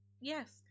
Yes